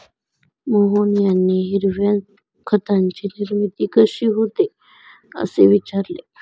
मोहन यांनी हिरव्या खताची निर्मिती कशी होते, असे विचारले